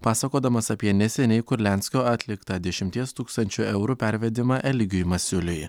pasakodamas apie neseniai kurlianskio atliktą dešimties tūkstančių eurų pervedimą eligijui masiuliui